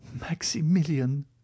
Maximilian